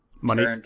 money